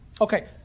okay